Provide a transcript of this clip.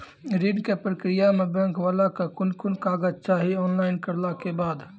ऋण के प्रक्रिया मे बैंक वाला के कुन कुन कागज चाही, ऑनलाइन करला के बाद?